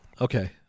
Okay